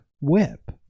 whip